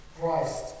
Christ